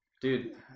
dude